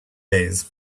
days